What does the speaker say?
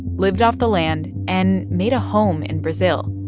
lived off the land and made a home in brazil.